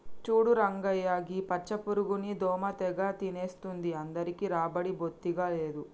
చూడు రంగయ్య గీ పచ్చ పురుగుని దోమ తెగ తినేస్తుంది అందరికీ రాబడి బొత్తిగా లేదు